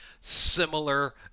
similar